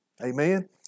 amen